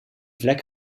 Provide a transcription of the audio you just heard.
vlek